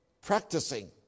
practicing